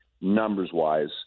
numbers-wise